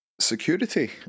security